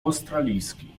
australijski